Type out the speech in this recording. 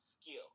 skill